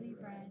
bread